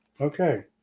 okay